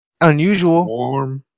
Unusual